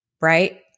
right